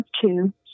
two